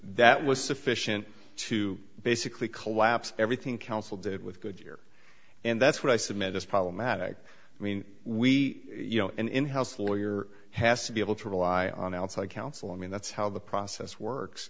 that was sufficient to basically collapse everything counsel did with goodyear and that's what i submit as problematic i mean we you know in house lawyer has to be able to rely on outside counsel i mean that's how the process works